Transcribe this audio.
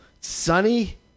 Sunny